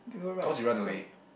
cause he run away